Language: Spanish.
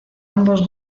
ambos